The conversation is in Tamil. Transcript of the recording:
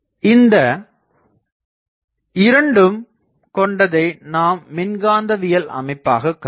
இந்த இரண்டும் கொண்டதை நாம் மின்காந்தவியல் அமைப்பாகக் கருதலாம்